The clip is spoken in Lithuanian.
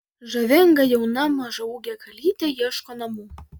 žavinga jauna mažaūgė kalytė ieško namų